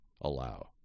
allow